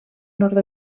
nord